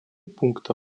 пункта